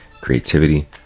creativity